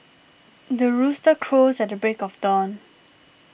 the rooster crows at the break of dawn